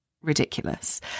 ridiculous